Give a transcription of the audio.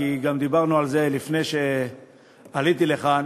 כי גם דיברנו על זה לפני שעליתי לכאן.